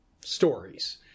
Stories